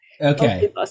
Okay